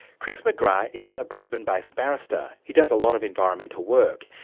chris mcgrath is a brisbane-based barrister. he does a lot of environmental work,